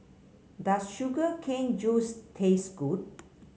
does Sugar Cane Juice taste good